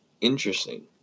interesting